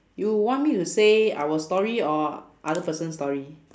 you want me to say our story or other person story